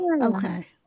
Okay